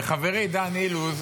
חברי דן אילוז,